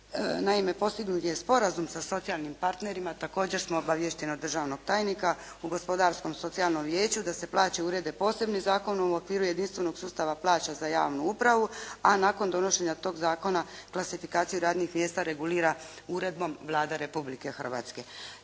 Naime, postignut je sporazum sa socijalnim partnerima. Također smo obaviješteni od državnog tajnika u Gospodarskom socijalnom vijeću da se plaće urede posebnim zakonom u okviru jedinstvenog sustava plaća za javnu upravu, a nakon donošenja tog zakona klasifikaciju radnih mjesta regulira uredbom Vlada Republike Hrvatske.